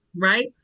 right